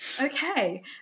Okay